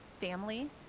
family